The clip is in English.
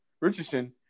Richardson